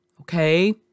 okay